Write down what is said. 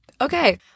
okay